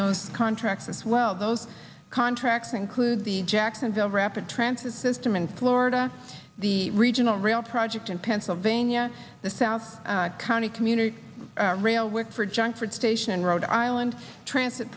those contracts as well those contracts include the jacksonville rapid transit system in florida the regional rail project in pennsylvania the south county community rail work for junk food station in rhode island transit